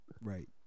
Right